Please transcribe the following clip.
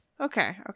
okay